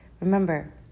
Remember